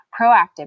proactive